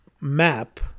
map